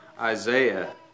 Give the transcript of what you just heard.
Isaiah